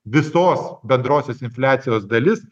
visos bendrosios infliacijos dalis